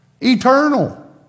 eternal